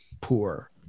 poor